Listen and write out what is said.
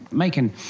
maiken,